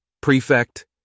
Prefect